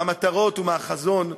מהמטרות ומהחזון,